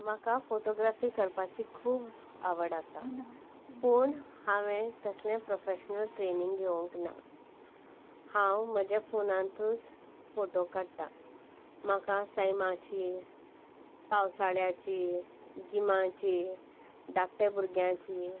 म्हाका फोटोग्राफी करपाची खूब आवड आसा पूण हांवें कसलें प्रोफॅश्नल ट्रेनींग घेवंक ना हांव म्हज्या फोनांतूच फोटो काडटा म्हाका सैमाची पावसाळ्याची गिमाची धाकटे भुरग्याची